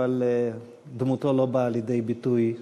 אבל דמותו לא באה לידי ביטוי מספיק.